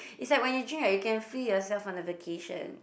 is like when you drink right you can see yourself on a vacation